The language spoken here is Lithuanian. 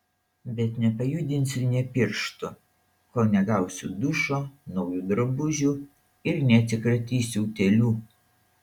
bet nepajudinsiu nė piršto kol negausiu dušo naujų drabužių ir neatsikratysiu utėlių